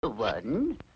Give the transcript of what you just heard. One